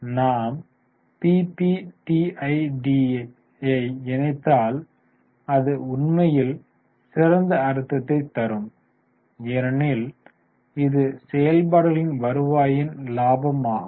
நாம் பிபிடிஐடியை இணைத்தால் அது உண்மையில் சிறந்த அர்த்தத்தைத் தரும் ஏனெனில் இது செயல்பாடுகளின் வருவாயின் லாபம் ஆகும்